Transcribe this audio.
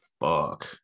fuck